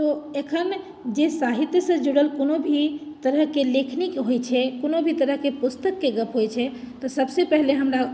तऽ एखन जे साहित्यसँ जुड़ल कोनो भी तरहके लेखनीके होइत छै कोनो भी तरहके पुस्तकके गप्प होइत छै तऽ सभसँ पहिने हमरा